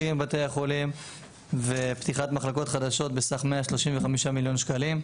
מבתי החולים ופתיחת מחלקות חדשות בסך 135 מיליון שקלים.